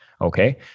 Okay